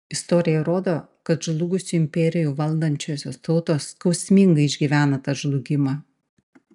istorija rodo kad žlugusių imperijų valdančiosios tautos skausmingai išgyvena tą žlugimą